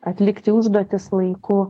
atlikti užduotis laiku